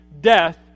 death